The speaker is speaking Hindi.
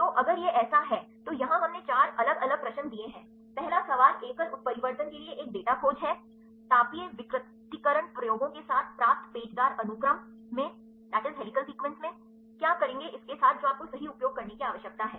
तो अगर यह ऐसा है तो यहां हमने चार अलग अलग प्रश्न दिए हैं पहला सवाल एकल उत्परिवर्तन के लिए एक डेटा खोज है तापीय विकृतीकरण प्रयोगों के साथ प्राप्त पेचदार अनुक्रम मेंक्या करेंगे इसके साथ जो आपको सही उपयोग करने की आवश्यकता है